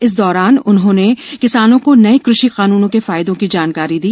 इस दौरान उन्होंने किसानों को नये कृषि कानूनों के फायदों की जानकारी दी